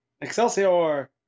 Excelsior